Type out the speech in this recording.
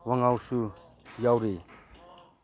ꯋꯥꯉꯥꯡꯁꯨ ꯌꯥꯎꯔꯤ